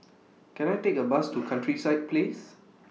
Can I Take A Bus to Countryside Place